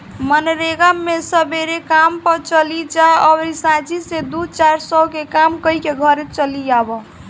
मनरेगा मे सबेरे काम पअ चली जा अउरी सांझी से दू चार सौ के काम कईके घरे चली आवअ